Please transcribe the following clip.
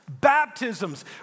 baptisms